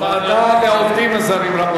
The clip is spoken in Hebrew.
ועדה לעובדים זרים.